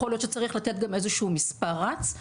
יכול להיות שצריך לתת גם איזשהו מספר רץ,